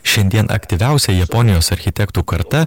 šiandien aktyviausia japonijos architektų karta